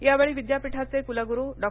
यावेळी विद्यापीठाचे कुलगुरु डॉ